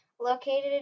Located